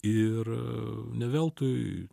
ir ne veltui